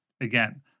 again